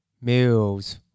meals